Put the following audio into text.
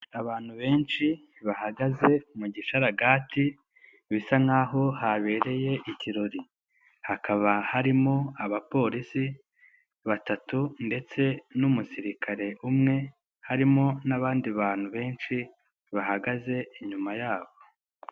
Abantu benshi bahagaze mu gishararagati bisa nk'aho habereye ikirori, hakaba harimo abapolisi batatu ndetse n'umusirikare umwe harimo n'abandi bantu benshi bahagaze inyuma yabo.